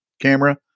camera